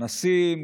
אנסים,